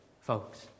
folks